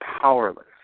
powerless